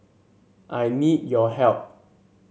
I need your help